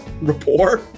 Rapport